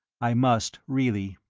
i must really.